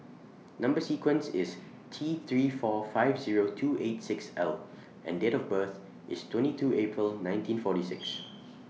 Number sequence IS T three four five Zero two eight six L and Date of birth IS twenty two April nineteen forty six